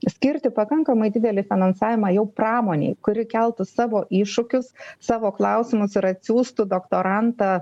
skirti pakankamai didelį finansavimą jau pramonei kuri keltų savo iššūkius savo klausimus ir atsiųstų doktorantą